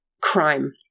crime